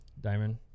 diamond